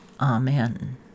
Amen